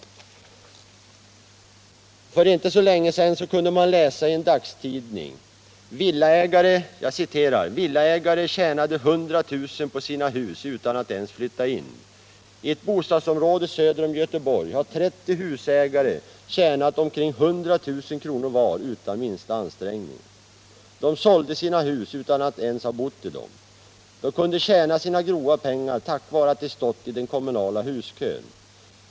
För inte så länge sedan kunde man läsa i en dagstidning: ”Villaägare tjänade 100 000:- på sina hus — utan att ens flytta in. I ett bostadsområde söder om Göteborg har 30 husägare tjänat omkring 100 000 kronor var utan minsta ansträngning. De sålde sina hus utan att ens ha bott i dem. De kunde tjäna sig grova pengar tack vare att de stått i den kommunala huskön.